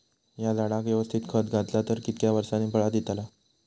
हया झाडाक यवस्तित खत घातला तर कितक्या वरसांनी फळा दीताला?